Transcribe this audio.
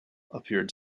appeared